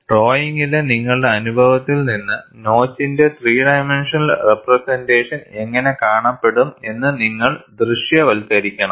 ഡ്രോയിംഗിലെ നിങ്ങളുടെ അനുഭവത്തിൽ നിന്ന് നോച്ചിന്റെ ത്രീ ഡൈമെൻഷണൽ റെപ്രെസെൻറ്റേഷൻ എങ്ങനെ കാണപ്പെടും എന്ന് നിങ്ങൾ ദൃശ്യവൽക്കരിക്കണം